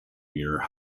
muir